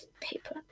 paper